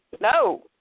No